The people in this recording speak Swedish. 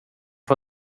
för